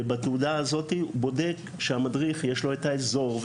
ובתעודה הזאת אתה בודק שהמדריך יש לו את האזור,